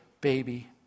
baby